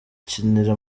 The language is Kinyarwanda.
bakinira